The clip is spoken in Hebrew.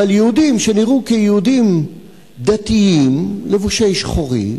אבל יהודים שנראו כיהודים דתיים לבושי שחורים,